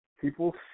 People